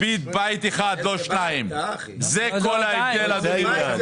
לפיד בית אחד לא שניים, זה כל ההבדל, אדוני.